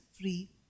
free